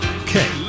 okay